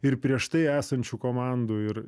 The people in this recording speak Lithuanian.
ir prieš tai esančių komandų ir